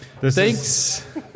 Thanks